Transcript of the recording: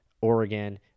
Oregon